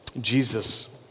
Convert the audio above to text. Jesus